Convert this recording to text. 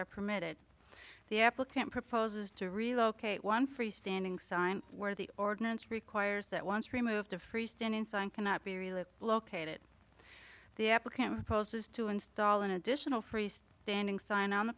are permitted the applicant proposes to relocate one freestanding sign where the ordinance requires that once removed a freestanding sign cannot be really located the applicant is to install an additional for standing sign on the